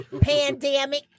Pandemic